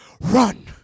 run